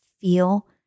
feel